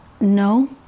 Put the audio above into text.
No